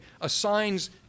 assigns